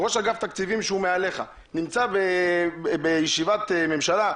ראש אגף תקציבים שהוא מעליך נמצא בישיבת ממשלה,